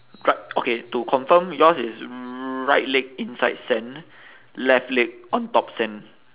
right okay to confirm yours is right leg inside sand left leg on top sand